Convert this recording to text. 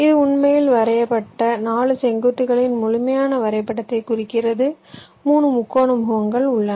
இது உண்மையில் வரையப்பட்ட 4 செங்குத்துகளின் முழுமையான வரைபடத்தைக் குறிக்கிறது 3 முக்கோண முகங்கள் உள்ளன